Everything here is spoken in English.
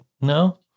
no